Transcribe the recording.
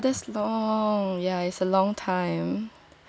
!wow! that's long ya is a long time